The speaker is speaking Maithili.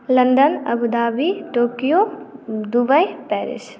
London Abu Dhabi Tokyo Dubai Paris